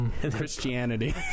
Christianity